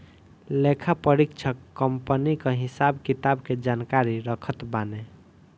लेखापरीक्षक कंपनी कअ हिसाब किताब के जानकारी रखत बाने